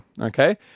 Okay